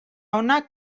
hona